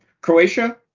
Croatia